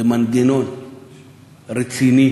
זה מנגנון רציני,